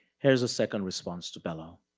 here's a second response to bellow.